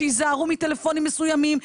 שיזהרו מטלפונים מסוימים,